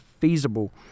feasible